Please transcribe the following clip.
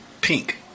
Pink